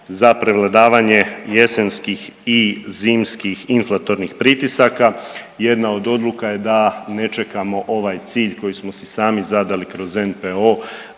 za prevladavanje jesenskih i zimskih inflatornih pritisaka. Jedna od odluka je da ne čekamo ovaj cilj koji smo si sami zadali kroz NPO